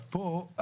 פה,